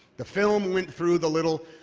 the film went through the little,